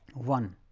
one.